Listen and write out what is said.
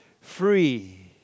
Free